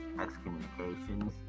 excommunications